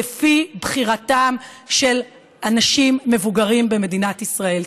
לפי בחירתם של אנשים מבוגרים במדינת ישראל.